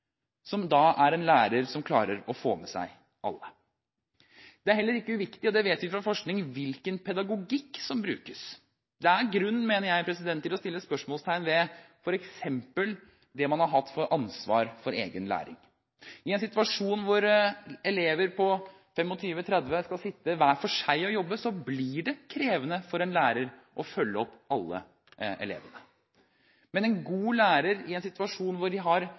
er en lærer som klarer å få med seg alle. Det er heller ikke uviktig, og det vet vi fra forskning, hvilken pedagogikk som brukes. Det er grunn til, mener jeg, å stille spørsmål ved f.eks. dette med ansvar for egen læring. I en situasjon hvor 25–30 elever skal sitte hver for seg og jobbe, blir det krevende for en lærer å følge opp alle elevene. Men med en god lærer, i en situasjon hvor man har